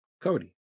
Cody